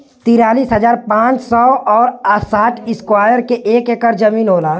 तिरालिस हजार पांच सौ और साठ इस्क्वायर के एक ऐकर जमीन होला